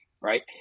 right